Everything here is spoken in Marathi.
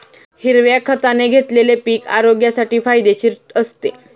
हिरव्या खताने घेतलेले पीक आरोग्यासाठी फायदेशीर असते